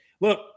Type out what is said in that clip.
look